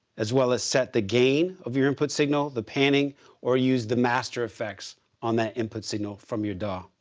as well as set the gain of your input signal, the panning or use the master effects on that input signal from your daw.